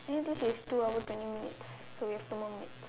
I think this is two hour twenty minutes so we have two more minutes